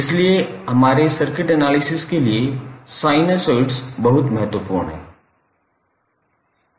इसलिए हमारे circuit analysis के लिए साइनसोइड्स बहुत महत्वपूर्ण हैं